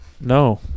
No